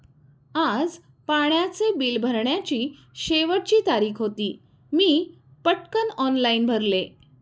आज पाण्याचे बिल भरण्याची शेवटची तारीख होती, मी पटकन ऑनलाइन भरले